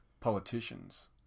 politicians